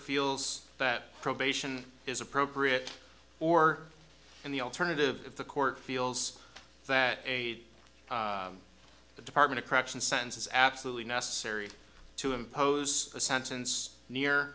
feels that probation is appropriate or in the alternative if the court feels that aid the department of correction sense is absolutely necessary to impose a sentence near